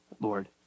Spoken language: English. Lord